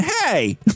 Hey